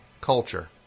culture